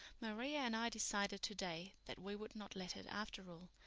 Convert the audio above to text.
maria and i decided today that we would not let it after all,